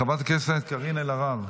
חברת הכנסת קארין אלהרר,